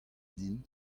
din